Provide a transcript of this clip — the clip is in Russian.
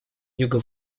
юго